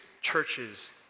churches